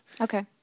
Okay